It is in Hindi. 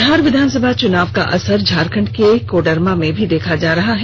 बिहार विधानसभा चुनाव का असर झारखंड के कोडरमा में भी देखा जा रहा है